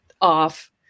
off